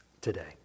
today